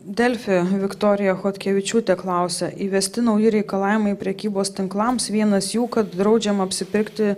delfi viktorija chodkevičiūtė klausia įvesti nauji reikalavimai prekybos tinklams vienas jų kad draudžiama apsipirkti